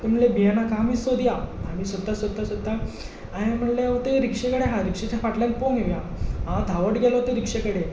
ते म्हणले भिये नाका आमी सोदया आमी सोदता सोदता सोदता हांवें म्हणलें हे थंय रिक्षा आसा रिक्षेच्या फाटल्यान पळोवन येवया हांव धांवत गेलो ते रिक्षे कडेन